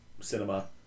cinema